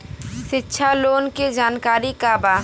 शिक्षा लोन के जानकारी का बा?